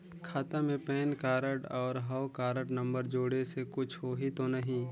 खाता मे PAN card और हव कारड नंबर जोड़े से कुछ होही तो नइ?